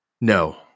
No